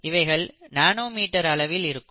இவைகள் nanometre அளவில் இருக்கும்